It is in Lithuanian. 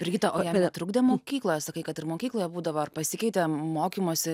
brigita o jam netrukdė mokykloje sakai kad ir mokykloje būdavo ar pasikeitė mokymosi